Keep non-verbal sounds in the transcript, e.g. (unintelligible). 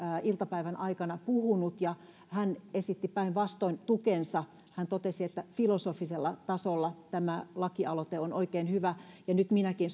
iltapäivän aikana puhunut ja hän esitti päinvastoin tukensa hän totesi että filosofisella tasolla tämä lakialoite on oikein hyvä ja nyt minäkin (unintelligible)